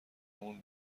مون